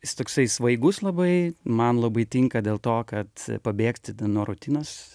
jis toksai svaigus labai man labai tinka dėl to kad pabėgti nuo rutinos